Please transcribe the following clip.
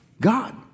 God